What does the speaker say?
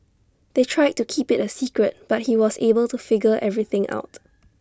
they tried to keep IT A secret but he was able to figure everything out